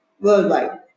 worldwide